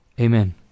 Amen